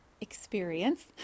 experience